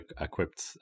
equipped